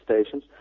stations